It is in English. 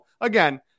again